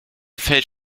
fällt